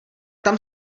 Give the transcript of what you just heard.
tam